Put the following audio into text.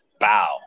Wow